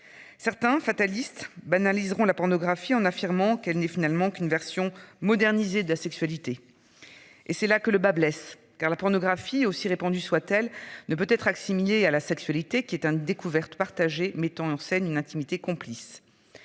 Certains fatalistes banaliser la pornographie en affirmant qu'elle n'est finalement qu'une version modernisée de la sexualité. Et c'est là que le bât blesse car la pornographie aussi répondu soit-elle, ne peut être assimilée à la sexualité qui est un découverte partager mettant en scène une intimité complice.